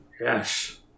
Yes